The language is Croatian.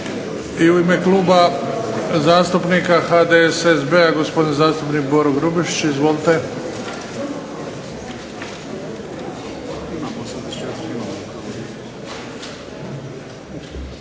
I u ime Kluba zastupnika HDSSB-a, gospodin zastupnik Boro Grubišić. Izvolite.